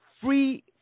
free